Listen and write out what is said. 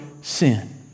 sin